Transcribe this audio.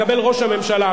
מקבל ראש הממשלה,